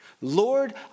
Lord